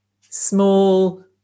small